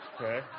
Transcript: Okay